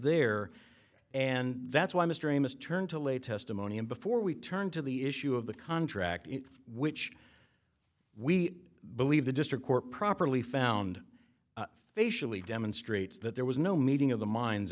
there and that's why mr amos turned to lay testimony and before we turn to the issue of the contract which we believe the district court properly found facially demonstrates that there was no meeting of the minds